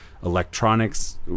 electronics